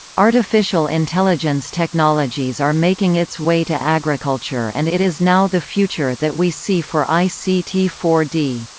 artificial intelligence technologies are making its way to agriculture and it is now the future that we see for i c t four d.